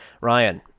Ryan